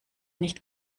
nicht